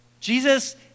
Jesus